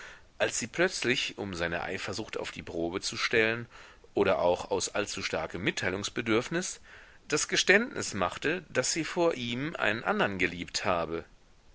als sie plötzlich um seine eifersucht auf die probe zu stellen oder auch aus allzu starkem mitteilungsbedürfnis das geständnis machte daß sie vor ihm einen andern geliebt habe